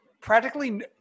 Practically